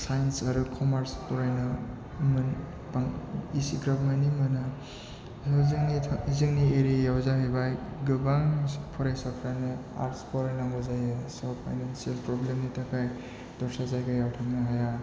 sinus आरो commerce फरायनाय एसेग्राब मानि मोना जोंनि एरियायाव जाहैबाय गोबां फरायसाफ्रानो आर्ट्स फरायनांगौ जायो स' फाइनानसियेल प्रब्लेमनि थाखाय दस्रा जायगायाव थांनो हाया